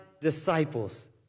disciples